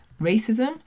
Racism